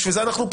לכן אנחנו כאן.